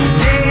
day